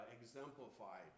exemplified